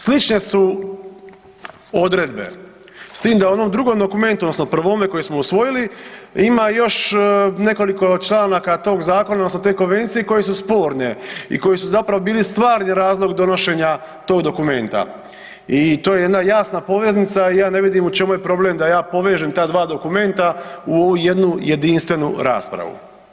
Slične su odredbe s tim da u onom drugom dokumentu odnosno prvome koji smo usvojili ima još nekoliko članaka tog zakona odnosno te konvencije koje su sporne i koje su zapravo bili stvarni razlog donošenja tog dokumenta i to je jedna jasna poveznica i ja ne vidim u čemu je problem da ja povežem ta dva dokumenta u ovu jednu jedinstvenu raspravu.